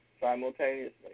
simultaneously